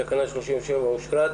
תקנה 37 אושרה.